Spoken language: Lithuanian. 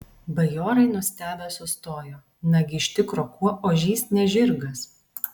bajorai nustebę sustojo nagi iš tikro kuo ožys ne žirgas